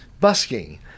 Busking